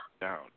down